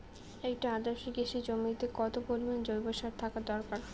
একটি আদর্শ কৃষি জমিতে কত পরিমাণ জৈব সার থাকা দরকার?